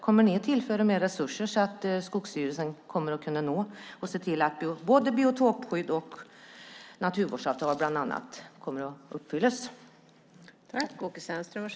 Kommer ni att tillföra mer resurser så att Skogsstyrelsen kommer att kunna se till att både biotopskydd och naturvårdsavtal kommer att uppfyllas?